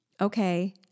okay